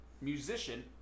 musician